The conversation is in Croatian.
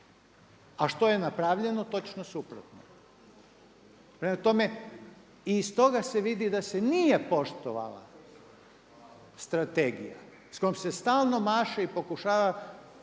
A što je napravljeno? Točno suprotno. Prema tome i iz toga se vidi da se nije poštovala Strategija sa kojom se stalno maše i pokušava